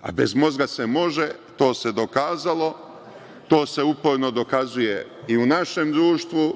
a bez mozga se može, to se dokazalo i to se uporno dokazuje i u našem društvu.